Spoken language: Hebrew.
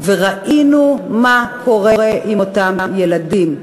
וראינו מה קורה עם אותם ילדים.